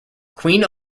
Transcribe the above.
queen